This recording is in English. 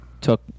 took